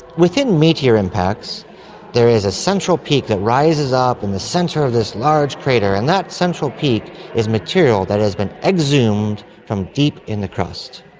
within meteor impacts there is a central peak that rises up in the centre of this large crater, and that central peak is material that has been exhumed from deep in the crust.